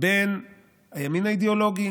בין הימין האידיאולוגי